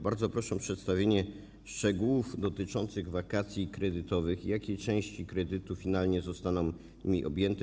Bardzo proszę o przedstawienie szczegółów dotyczących wakacji kredytowych, jakie części kredytów finalnie zostaną nimi objęte?